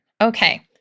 Okay